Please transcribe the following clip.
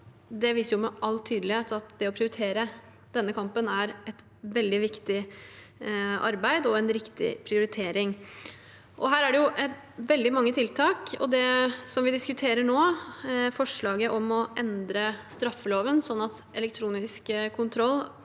det viser med all tydelighet at å prioritere denne kampen er et veldig viktig arbeid og en riktig prioritering. Her er det veldig mange tiltak, og det vi diskuterer nå – forslaget om å endre straffeloven sånn at elektronisk kontroll,